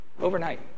overnight